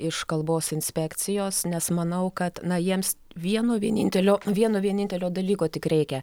iš kalbos inspekcijos nes manau kad na jiems vieno vienintelio vieno vienintelio dalyko tik reikia